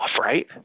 Right